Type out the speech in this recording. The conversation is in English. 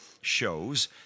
shows